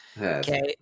Okay